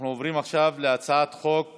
אנחנו עוברים עכשיו להצעת החוק